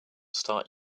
start